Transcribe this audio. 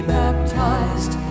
baptized